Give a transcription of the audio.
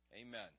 Amen